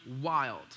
wild